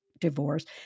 divorce